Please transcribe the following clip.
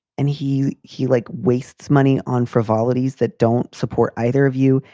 and he he like wastes money on frivolities that don't support either of you.